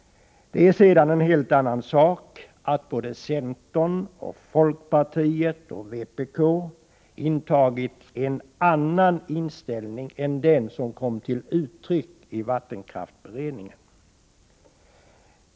Det är sedan en helt annan sak att centern, folkpartiet och vänsterpartiet kommunisterna intagit en annan ståndpunkt än den som kom till uttryck i vattenkraftsberedningen.